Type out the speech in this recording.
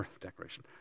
decoration